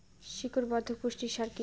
শিকড় বর্ধক পুষ্টি সার কি?